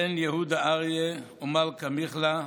בן יהודה אריה ומלכה מיכלא,